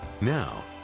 Now